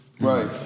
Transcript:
Right